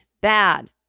Bad